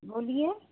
बोलिए